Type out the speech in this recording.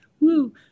woo